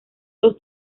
dos